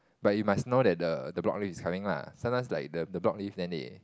but you must know that the the block leave is coming lah sometimes like the the block leave then they